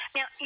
Now